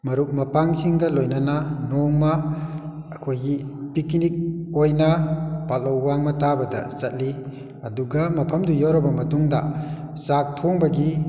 ꯃꯔꯨꯞ ꯃꯄꯥꯡꯁꯤꯡꯒ ꯂꯣꯏꯅꯅ ꯅꯣꯡꯃ ꯑꯩꯈꯣꯏꯒꯤ ꯄꯤꯛꯅꯤꯛ ꯑꯣꯏꯅ ꯄꯥꯠꯂꯧ ꯋꯥꯡꯃꯥ ꯇꯥꯕꯗ ꯆꯠꯂꯤ ꯑꯗꯨꯒ ꯃꯐꯝꯗꯨ ꯌꯧꯔꯕ ꯃꯇꯨꯡꯗ ꯆꯥꯛ ꯊꯣꯡꯕꯒꯤ